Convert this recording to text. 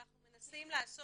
אנחנו מנסים לעשות.